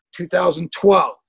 2012